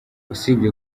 usibye